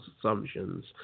assumptions